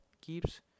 keeps